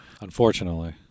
Unfortunately